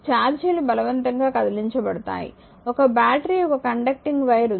ఛార్జీలు బలవంతంగా కదిలించబడ్డాయి ఒక బ్యాటరీ ఒక కండక్టింగ్ వైర్ ఉంది